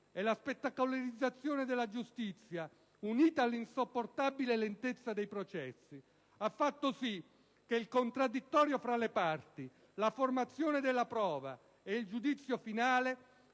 e la spettacolarizzazione della giustizia unita all'insopportabile lentezza dei processi ha fatto sì che il contraddittorio tra le parti, la formazione della prova e il giudizio finale